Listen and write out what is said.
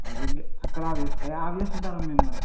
అరె గ్ అక్కడ ఆఫ్ చేస్కో ఏ ఆఫ్ చేసుకుంటున్నాం మేము మరి